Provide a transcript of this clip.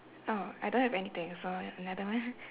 oh I don't have anything so another one ah